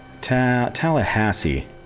Tallahassee